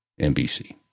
NBC